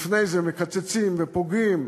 לפני זה מקצצים ופוגעים,